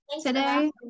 today